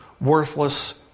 worthless